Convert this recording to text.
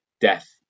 death